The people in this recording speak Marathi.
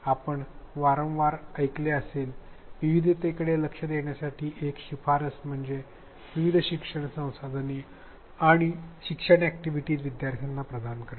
आपण वारंवार ऐकले असेल विविधतेकडे लक्ष देण्यासाठी एक शिफारस म्हणजे विविध शिक्षण संसाधने आणि शिक्षण अॅक्टिव्हिटीस विद्यार्थ्यांना प्रदान करणे